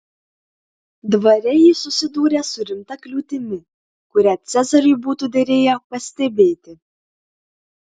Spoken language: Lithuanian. dvare ji susidūrė su rimta kliūtimi kurią cezariui būtų derėję pastebėti